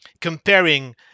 comparing